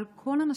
אבל כל הנשים,